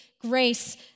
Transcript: grace